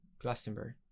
Glastonbury